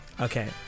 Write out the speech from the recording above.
Okay